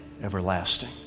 everlasting